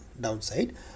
downside